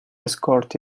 escort